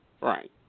Right